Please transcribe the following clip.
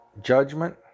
judgment